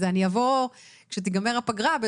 אני אבוא כשתיגמר הפגרה.